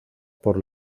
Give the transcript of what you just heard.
por